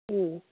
उम